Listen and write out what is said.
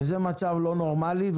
זה מצב לא נורמלי,